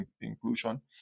inclusion